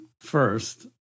first